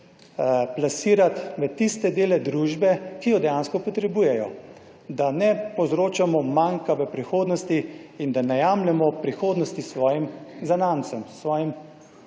plasirati v tiste dele družbe, ki jo dejansko potrebujejo, da ne povzročamo manjka v prihodnosti in da ne jemljemo prihodnosti svojim zanamcem, svojim